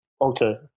Okay